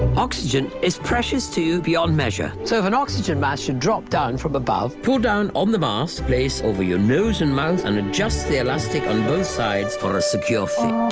oxygen is precious to you beyond measure so if an oxygen mask should drop down from above, pull down on the mask, place over your nose and mouth and adjust the elastic on both sides for a secure fit.